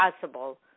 possible